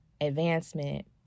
advancement